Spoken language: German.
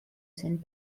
sein